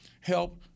help